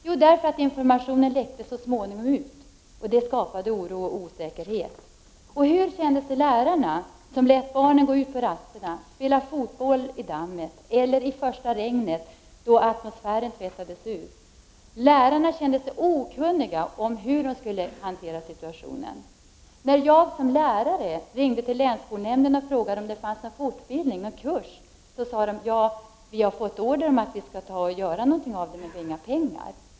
Jo, därför att dessa fakta så småningom läckte ut. Det skapade oro och osäkerhet. Hur kände sig då lärarna som hade låtit barnen gå ut på rasterna och spela fotboll i dammet eller i det första regnet, då atmosfären tvättades ur? Lärarna kände sig okunniga om hur de skulle hantera situationen. När jag som lärare ringde till länsskolnämnden och frågade om det fanns någon fortbildning eller någon kurs svarade man: Vi har fått order att göra någonting av det, men vi har inga pengar.